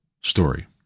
story